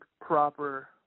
proper